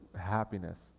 happiness